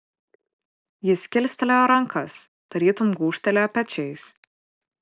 jis kilstelėjo rankas tarytum gūžtelėjo pečiais